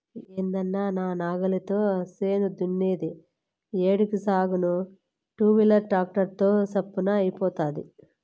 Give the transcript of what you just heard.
ఏందన్నా నా నాగలితో చేను దున్నేది ఏడికి సాగేను టూవీలర్ ట్రాక్టర్ తో చప్పున అయిపోతాది